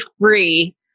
free